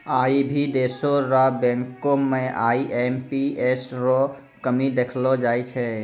आई भी देशो र बैंको म आई.एम.पी.एस रो कमी देखलो जाय छै